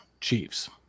Chiefs